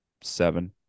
seven